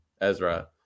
Ezra